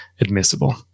admissible